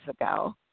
ago